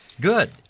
Good